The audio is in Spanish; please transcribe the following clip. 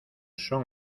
son